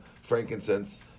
frankincense